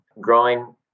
Growing